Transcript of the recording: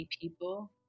people